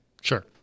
Sure